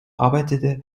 arbeitete